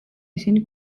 ისინი